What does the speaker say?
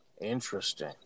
Interesting